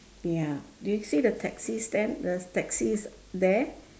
ya did you see the taxi stand the taxi is there